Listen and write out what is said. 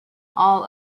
all